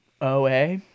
OA